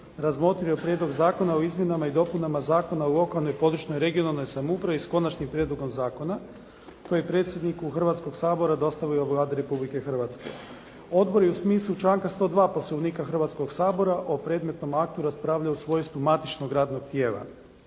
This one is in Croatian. razmotrio je Prijedlog Zakona o izmjenama i dopunama Zakona o lokalnoj, područnoj i regionalnoj samoupravi s Konačnim prijedlogom Zakona koji je predsjednik Hrvatskog sabora dostavio Vladi Republike Hrvatske. Odbori u smislu članka 102. Poslovnika Hrvatskog sabora o predmetnom aktu raspravlja u svojstvu matičnog radnog tijela.